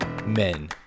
Men